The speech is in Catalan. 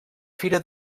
fira